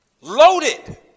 Loaded